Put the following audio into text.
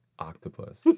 Octopus